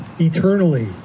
eternally